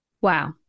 Wow